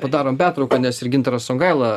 padarom pertrauką nes ir gintaras songaila